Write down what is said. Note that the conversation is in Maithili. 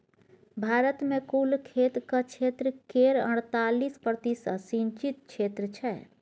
भारत मे कुल खेतक क्षेत्र केर अड़तालीस प्रतिशत सिंचित क्षेत्र छै